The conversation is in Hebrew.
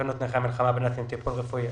לתקנות נכי המלחמה בנאצים (טיפול רפואי),